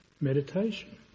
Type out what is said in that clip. meditation